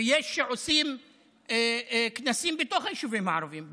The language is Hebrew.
ויש שעושים כנסים בתוך היישובים הערביים,